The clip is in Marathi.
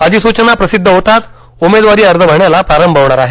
अधिसूचना प्रसिद्ध होताच उमेदवारी अर्ज भरण्याला प्रारंभ होणार आहे